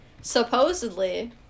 Supposedly